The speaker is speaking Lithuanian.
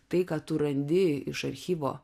tai ką tu randi iš archyvo